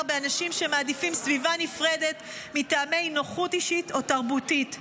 באנשים שמעדיפים סביבה נפרדת מטעמי נוחות אישית או תרבותית.